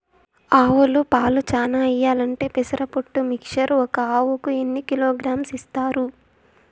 ఆవులు పాలు చానా ఇయ్యాలంటే పెసర పొట్టు మిక్చర్ ఒక ఆవుకు ఎన్ని కిలోగ్రామ్స్ ఇస్తారు?